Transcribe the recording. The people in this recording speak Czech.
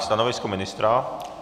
Stanovisko ministra?